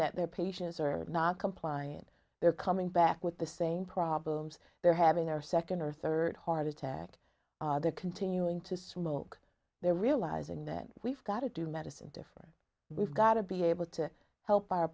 that their patients are not compliant they're coming back with the same problems they're having their second or third heart attack they're continuing to smoke they're realizing that we've got to do medicine different we've got to be able to help our